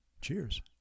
cheers